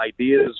ideas